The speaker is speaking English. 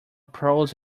pros